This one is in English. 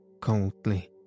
coldly